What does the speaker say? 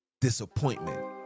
disappointment